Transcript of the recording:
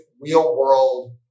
real-world